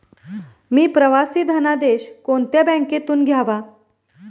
मी प्रवासी धनादेश कोणत्या बँकेतून घ्यावा?